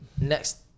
next